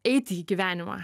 eiti į gyvenimą